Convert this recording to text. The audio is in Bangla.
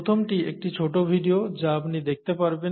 প্রথমটি একটি ছোট ভিডিও যা আপনি দেখতে পারবেন